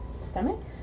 stomach